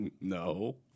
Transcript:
No